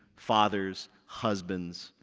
fathers, husbands,